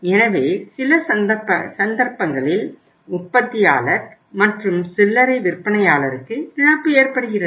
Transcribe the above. எனவே சில சந்தர்ப்பங்களில் உற்பத்தியாளர் மற்றும் சில்லறை விற்பனையாளருக்கு இழப்பு ஏற்படுகிறது